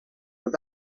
were